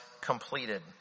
completed